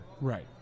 right